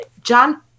John